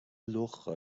لختی